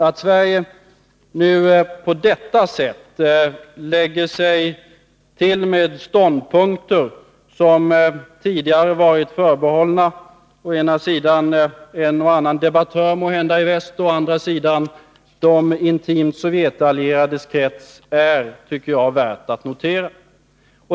Att Sverige nu på detta sätt lägger sig till med ståndpunkter som tidigare varit förbehållna å ena sidan en och annan debattör i väst och å andra sidan de intimt Sovjetallierades krets är enligt min mening värt att notera.